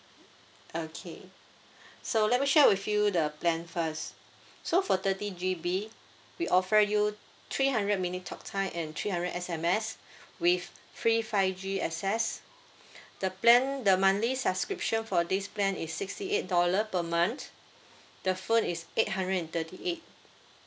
okay so let me share with you the plan first so for thirty G_B we offer you three hundred minute talk time and three hundred S_M_S with free five G access the plan the monthly subscription for this plan is sixty eight dollar per month the phone is eight hundred and thirty eight